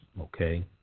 Okay